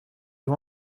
you